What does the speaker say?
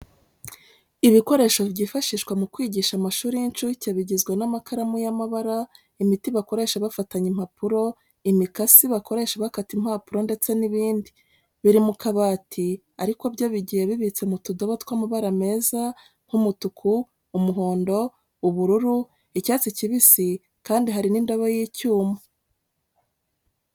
Ibikoresho byifashishwa mu kwigisha amashuri y'incuke bigizwe n'amakaramu y'amabara, imiti bakoresha bafatanya impapuro, imikasi bakoresha bakata impapuro ndetse n'ibindi. Biri mu kabati ariko byo bigiye bibitse mu tudobo tw'amabara meza nk'umutuku, umuhondo, ubururu, icyatsi kibisi kandi hari n'indobo y'icyuma.